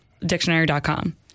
dictionary.com